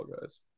guys